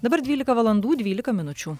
dabar dvylika valandų dvylika minučių